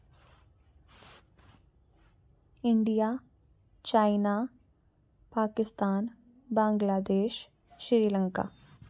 India China Pakistan Bangladesh Sri Lanka